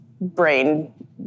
brain